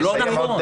זה לא נכון.